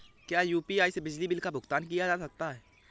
क्या यू.पी.आई से बिजली बिल का भुगतान किया जा सकता है?